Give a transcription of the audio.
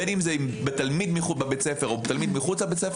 בין אם זה בתלמיד בבית הספר או בתלמיד מחוצה לו,